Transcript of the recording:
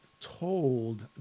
told